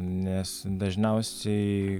nes dažniausiai